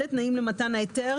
אלה תנאים למתן ההיתר.